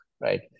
right